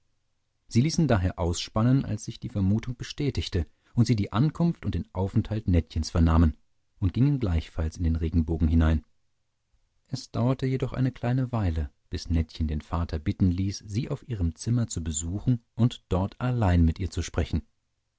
sie ließen daher ausspannen als sich die vermutung bestätigte und sie die ankunft und den aufenthalt nettchens vernahmen und gingen gleichfalls in den regenbogen hinein es dauerte jedoch eine kleine weile bis nettchen den vater bitten ließ sie auf ihrem zimmer zu besuchen und dort allein mit ihr zu sprechen